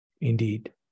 Indeed